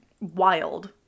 wild